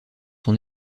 son